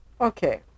Okay